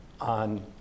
on